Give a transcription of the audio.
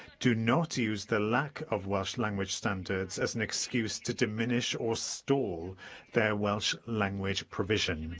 do not use the lack of welsh language standards as an excuse to diminish or stall their welsh language provision.